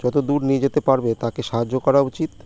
যত দূর নিয়ে যেতে পারবে তাকে সাহায্য করা উচিত